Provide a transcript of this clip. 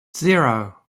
zero